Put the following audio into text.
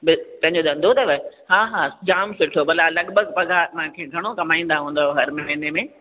बि पंहिंजो धंधो अथव हा हा जामु सुठो भला लॻभॻि पघार घणो कमाईंदा हूंदव हरि महिने में